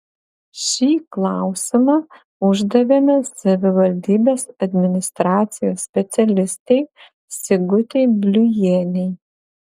šį klausimą uždavėme savivaldybės administracijos specialistei sigutei bliujienei